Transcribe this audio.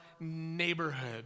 neighborhood